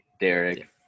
Derek